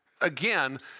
again